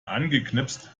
angeknipst